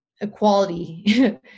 equality